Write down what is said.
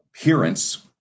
appearance